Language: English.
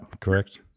correct